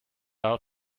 out